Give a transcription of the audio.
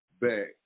back